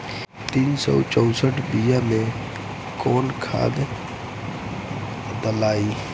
तीन सउ चउसठ बिया मे कौन खाद दलाई?